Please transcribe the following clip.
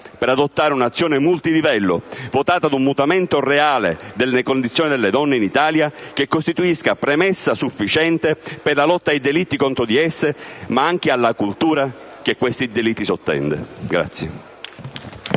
per adottare un'azione multilivello orientata ad un mutamento reale delle condizioni delle donne in Italia, che costituisca premessa sufficiente per la lotta ai delitti contro di esse, ma anche alla cultura sottesa a tali delitti.